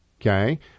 Okay